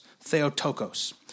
Theotokos